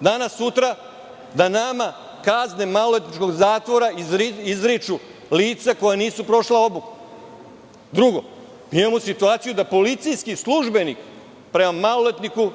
danas, sutra, da nama kazne maloletničkog zatvora izriču lica koja nisu prošla obuku? Drugo, mi imamo situaciju da policijski službenik prema maloletniku